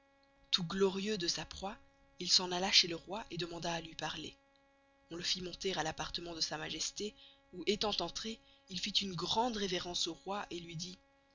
tout glorieux de sa proye il s'en alla chez le roy et demanda à luy parler on le fit monter à l'appartement de sa majesté où estant entré il fit une grande reverence au roy et luy dit